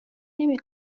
نمی